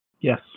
Yes